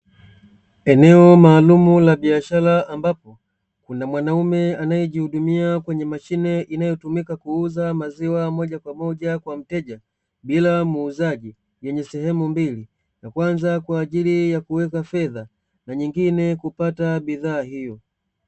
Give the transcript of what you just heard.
Eneo maalumu la biashara ambapo kuna mwanaume anayejihudumia kwenye mashine inayotumika kuuza maziwa moja kwa moja kwa mteja bila ya muuzaji yenye sehemu mbili: ya kwanza kwaajili ya kuweka fedha, na nyengine kupata bidhaa hiyo.